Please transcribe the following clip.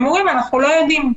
הם אומרים שהם לא יודעים.